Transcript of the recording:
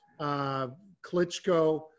Klitschko